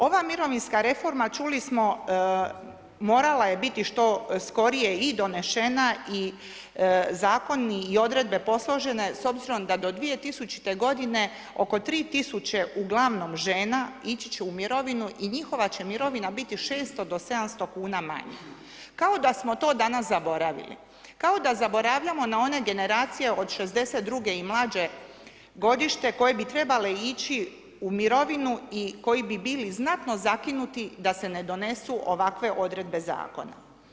Ova mirovinska reforma, čuli smo, morala je biti što skorije i donešena i Zakoni i odredbe posložene s obzirom da do 2000.-te godine oko 3000 uglavnom žena, ići će u mirovinu i njihova će mirovina biti 600-700,00 kn manja, kao da smo to danas zaboravili, kao da zaboravljamo na one generacije od 62.-ge i mlađe godište koje bi trebale ići u mirovinu i koji bi bili znatno zakinuti da se ne donesu ovakve odredbe Zakona.